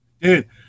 Dude